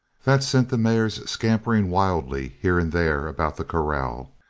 that sent the mares scampering wildly, here and there about the corral,